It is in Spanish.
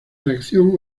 reacción